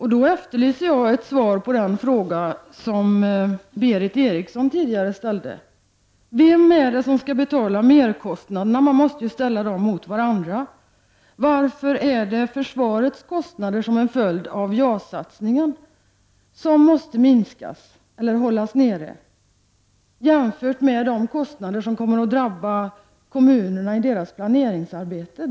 Jag efterlyser ett svar på den fråga som Berith Eriksson ställde tidigare: Vem är det som skall betala merkostnaderna? Man måste ju ställa dessa frågor mot varandra. Varför är det försvarets kostnader som en följd av JAS-satsningen som måste minskas eller hållas nere, jämfört med de kostnader som kommer att drabba kommunerna i deras planeringsarbete?